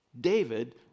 David